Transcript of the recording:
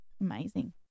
Amazing